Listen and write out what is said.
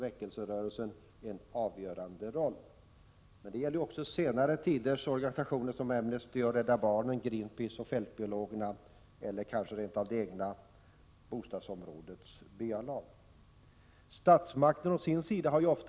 Därmed försvårades och fördyrades organisationernas inre kommunikation men också deras möjligheter att delta i den utåtriktade debatten med det egna budskapet.